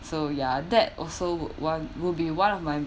so ya that also one would one will be one of my